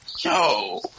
yo